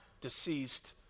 deceased